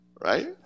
Right